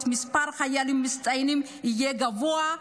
מספר החיילים המצטיינים יהיה גבוה,